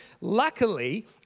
Luckily